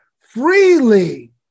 freely